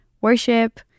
worship